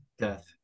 death